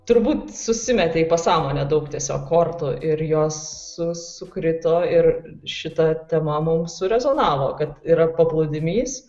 turbūt susimetė į pasąmonę daug tiesiog kortų ir jos sukrito ir šita tema mums surezonavo kad yra paplūdimys